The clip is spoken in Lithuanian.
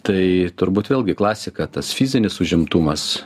tai turbūt vėlgi klasika tas fizinis užimtumas